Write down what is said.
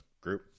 group